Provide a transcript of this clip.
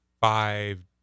five